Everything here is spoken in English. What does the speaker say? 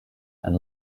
and